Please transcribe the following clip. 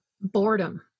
boredom